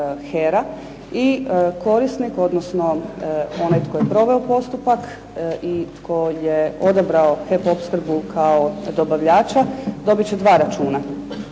i korisnik, odnosno tko je proveo postupak i tko je odabrao HEP opskrbu kao dobavljača, dobit će dva računa.